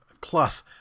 plus